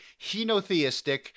henotheistic